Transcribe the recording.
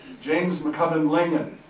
james mccubbin lingan.